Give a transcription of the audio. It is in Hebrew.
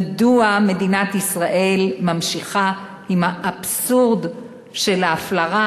מדוע מדינת ישראל ממשיכה עם האבסורד של ההפלרה?